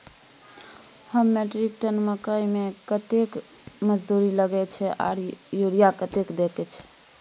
एक metric ton मकई में कतेक मजदूरी लगे छै आर यूरिया कतेक देके छै?